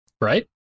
Right